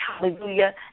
hallelujah